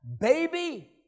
baby